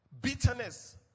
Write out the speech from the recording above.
Bitterness